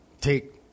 Take